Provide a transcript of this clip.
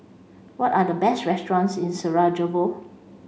what are the best restaurants in Sarajevo